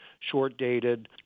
short-dated